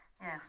Yes